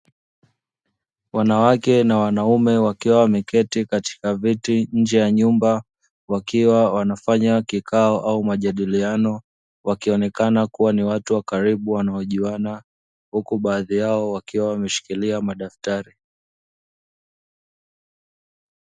Wanawake na wanaume wakiwa wameketi katika viti nje ya nyumba wakiwa wanafanya kikao au majadiliano wakionekana kuwa ni watu wa karibu wanaojuana huku baadhi yao wakiwa wameshikilia madaftari.